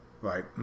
right